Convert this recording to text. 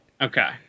Okay